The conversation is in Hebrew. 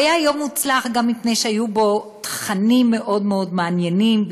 הוא היה יום מוצלח גם מפני שהיו בו תכנים מאוד מאוד מעניינים,